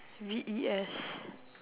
V E S